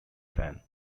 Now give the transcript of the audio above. fan